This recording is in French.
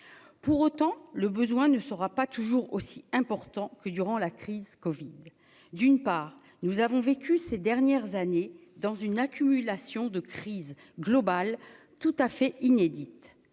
pour autant le besoin ne sera pas toujours aussi important que durant la crise Covid d'une part, nous avons vécu ces dernières années dans une accumulation de crises globales tout à fait inédite,